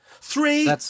Three